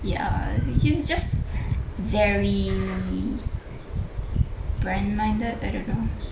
ya he's just very brand minded I don't know